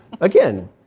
Again